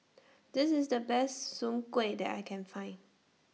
This IS The Best Soon Kway that I Can Find